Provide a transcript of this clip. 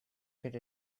could